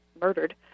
murdered